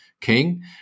King